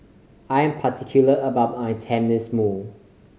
I'm particular about my Tenmusu